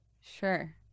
Sure